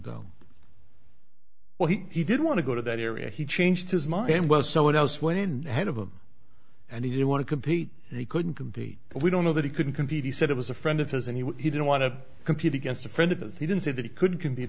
go well he didn't want to go to that area he changed his mind and was so what else went in head of him and he didn't want to compete he couldn't compete we don't know that he couldn't compete he said it was a friend of his and he didn't want to compete against a friend of his he didn't say that he couldn't compete